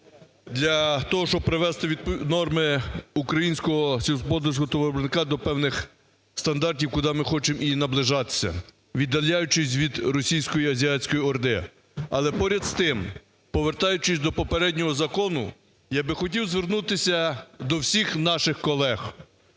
для того, щоб привести норми українського сільськогосподарського товаровиробника до певних стандартів, куда ми хочемо і наближатися, віддаляючись від російської азіатської орди. Але поряд з тим, повертаючись до попереднього закону, я би хотів звернутися до всіх наших колег.